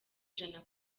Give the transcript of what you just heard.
ijana